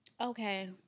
Okay